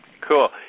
Cool